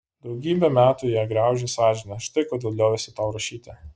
daugybę metų ją graužė sąžinė štai kodėl liovėsi tau rašyti